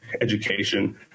education